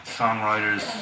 songwriters